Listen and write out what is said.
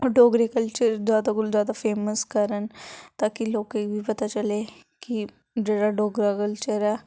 होर डोगरी कल्चर जैदा कोला जैदा फेमस करन ता कि लोकें गी पता चले कि जेह्ड़ा डोगरा कल्चर ऐ